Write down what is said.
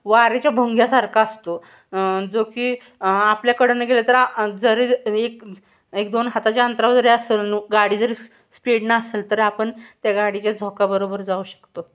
वारेच्या भुंग्यासारखा असतो जो की आपल्याकडनं गेलं तर जरी एक एक दोन हाताच्या अंतरावर जरी असेल गाडी जरी स्पीडनं असेल तर आपण त्या गाडीच्या झोकाबरोबर जाऊ शकतो